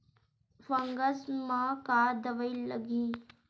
Fungus म का दवाई लगी?